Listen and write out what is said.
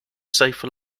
safe